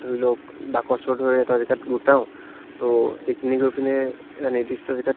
ধৰি লওক বাকচৰ দৰে এটা জেগাত গোটাওঁ ত' সেইখিনি গৈ পিনে এটা নিৰ্দিষ্ট জেগাত